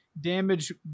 damage